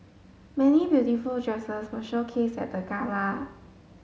many beautiful dresses were showcased at the gala